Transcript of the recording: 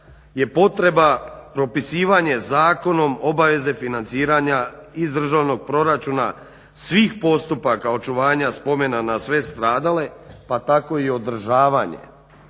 je potreba propisivanje zakonom obaveze financiranja iz državnog proračuna svih postupaka očuvanja spomena na sve stradale pa tako i održavanje,